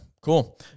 cool